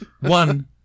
One